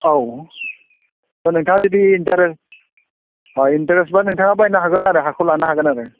औ नोंथाङा जुदि इन्ट्रेस्टब्ला नोंथाङा बायनो हागोन आरो हाखौ लानो हागोन आरो